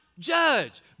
judge